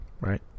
Right